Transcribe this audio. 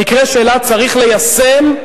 במקרה שלה צריך ליישם,